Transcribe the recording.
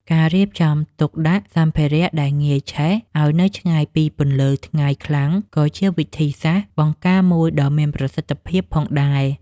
ការរៀបចំទុកដាក់សម្ភារៈដែលងាយឆេះឱ្យនៅឆ្ងាយពីពន្លឺថ្ងៃខ្លាំងក៏ជាវិធីសាស្ត្របង្ការមួយដ៏មានប្រសិទ្ធភាពផងដែរ។